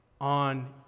on